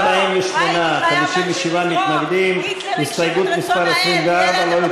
קבוצת סיעת הרשימה המשותפת וקבוצת סיעת המחנה הציוני לסעיף 4 לא נתקבלה.